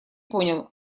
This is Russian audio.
понял